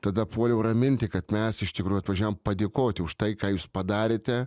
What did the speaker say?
tada puoliau raminti kad mes iš tikrųjų atvažiavom padėkoti už tai ką jūs padarėte